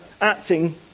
acting